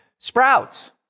Sprouts